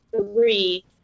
three